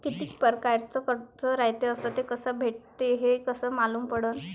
कितीक परकारचं कर्ज रायते अस ते कस भेटते, हे कस मालूम पडनं?